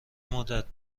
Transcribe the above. مدت